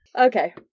okay